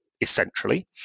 essentially